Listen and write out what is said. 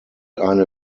eine